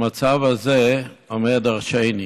המצב הזה אומר דורשני.